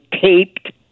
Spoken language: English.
taped